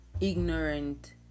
ignorant